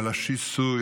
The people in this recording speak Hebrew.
על השיסוי,